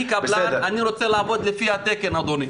אני קבלן, אני רוצה לעבוד לפי התקן, אדוני,